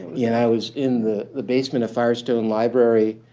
yeah and i was in the the basement of firestone library.